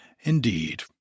Indeed